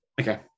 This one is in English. Okay